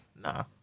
Nah